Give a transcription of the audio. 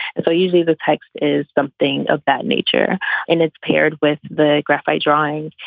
so usually the text is something of that nature and it's paired with the graphic drawings.